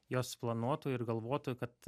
jos planuotų ir galvotų kad